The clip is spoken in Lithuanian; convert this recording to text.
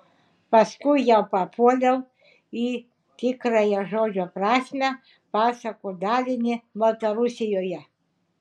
paskui jau papuoliau į tikrąja žodžio prasme pasakų dalinį baltarusijoje